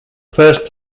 first